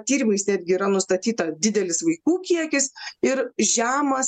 tyrimais netgi yra nustatyta didelis vaikų kiekis ir žemas